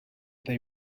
they